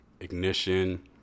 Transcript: ignition